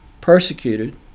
persecuted